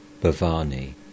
Bhavani